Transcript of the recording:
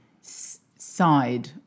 side